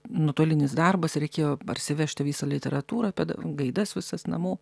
nuotolinis darbas reikėjo parsivežti visą literatūrą gaidas visas namo